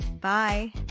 Bye